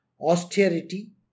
austerity